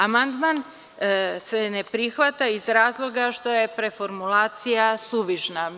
Amandman se ne prihvata iz razloga što je preformulacija suvišna.